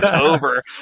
over